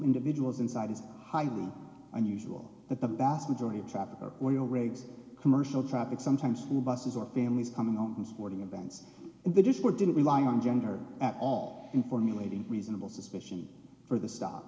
individual is inside is highly unusual but the vast majority of traffic oil rigs commercial traffic sometimes school buses are families coming home from sporting events and they just were didn't rely on gender at all in formulating reasonable suspicion for the